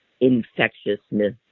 infectiousness